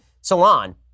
Salon